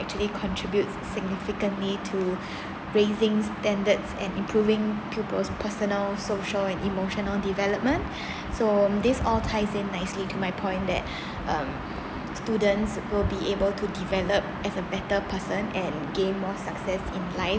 actually contributes significantly to raising standards and improving pupils personal social and emotional development so these all ties in nicely to my point that um students will be able to develop as a better person and gain more success in life